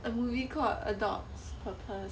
a movie called a dog's purpose